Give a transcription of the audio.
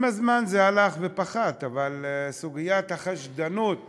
עם הזמן זה הלך ופחת, אבל סוגיית החשדנות